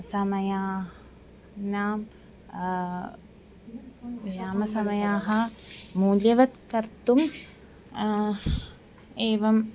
समयः नाम विरामसमयाः मूल्यवत् कर्तुं एवम्